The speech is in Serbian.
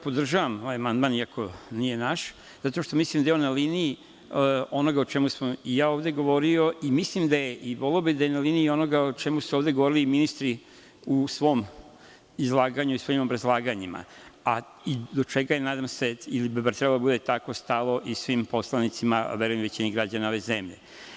Podržavam ovaj amandman, iako nije naš, zato što mislim da je on na liniji onoga o čemu sam i ja ovde govorio i mislim da je i voleo bih da je na liniji onoga o čemu su ovde govorili i ministri u svom izlaganju i svojim obrazlaganjima, a i zbog čega treba da bude tako stalo i svim poslanicima, verujem i većini građana ove zemlje.